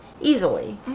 Easily